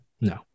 No